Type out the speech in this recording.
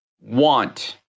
want